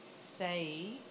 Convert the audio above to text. say